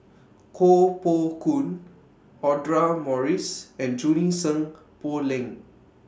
Koh Poh Koon Audra Morrice and Junie Sng Poh Leng